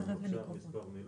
אם אוכל לומר מספר מילים.